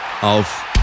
auf